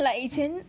like 以前